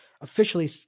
officially